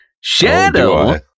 Shadow